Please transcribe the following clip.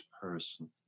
person